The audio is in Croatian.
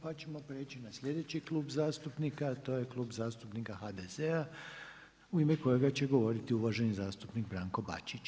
Pa ćemo preći na sljedeću Klub zastupnika, a to je Klub zastupnika HDZ-a u ime kojega će govoriti uvaženi zastupnik Branko Bačić.